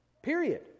Period